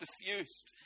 diffused